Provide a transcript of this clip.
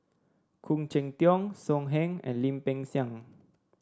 Khoo Cheng Tiong So Heng and Lim Peng Siang